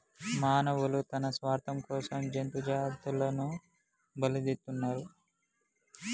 మానవులు తన స్వార్థం కోసం జంతు జాతులని బలితీస్తున్నరు